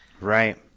Right